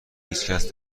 هیچکس